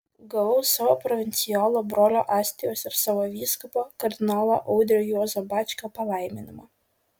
gavau savo provincijolo brolio astijaus ir savo vyskupo kardinolo audrio juozo bačkio palaiminimą